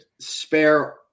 spare